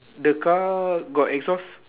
the car got exhaust